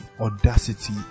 audacity